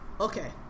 Okay